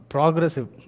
Progressive